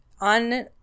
on